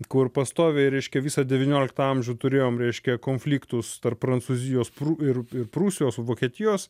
kur pastoviai reiškia visą devynioliktą amžių turėjom reiškia konfliktus tarp prancūzijos ir ir prūsijos vokietijos